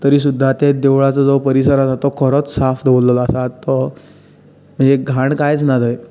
तरी सुद्दां ते देवळाचो जो परिसर आसा तो बरोच साफ दवरलेलो आसा तो म्हणजे घाण कांयच ना थंय